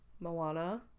Moana